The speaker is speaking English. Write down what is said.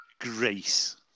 Grace